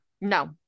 No